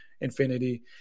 infinity